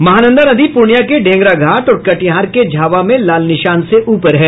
महानंदा नदी पूर्णियां के ढेंगराघाट और कटिहार के झावा में लाल निशान से ऊपर है